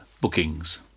bookings